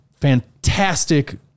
fantastic